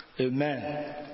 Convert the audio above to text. Amen